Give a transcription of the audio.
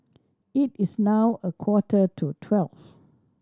it is now a quarter to twelve